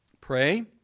Pray